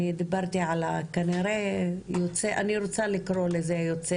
אני דיברתי על אני רוצה לקרוא יוצא